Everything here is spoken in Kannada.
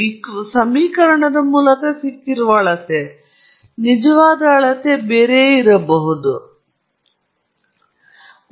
ಇದಕ್ಕಾಗಿ ಸರಿಪಡಿಸಲು ಸರಳವಾದ ಮಾರ್ಗವೆಂದರೆ ಈ ಸಂಪರ್ಕ ಪ್ರತಿರೋಧದ ಸಮಸ್ಯೆಯನ್ನು ತಪ್ಪಿಸಲು ಕೇವಲ ವೋಲ್ಟೇಜ್ ಸೀಸವನ್ನು ಇಲ್ಲಿಂದ ಇನ್ನೆರಡು ಸ್ಥಳಗಳಿಗೆ ಸ್ಥಳಾಂತರಿಸುವುದು ಮತ್ತು ಇದೀಗ ನಿಮಗೆ ಇಲ್ಲಿಂದ ವೋಲ್ಟೇಜ್ ಇರುತ್ತದೆ